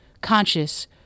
conscious